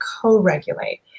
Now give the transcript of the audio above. co-regulate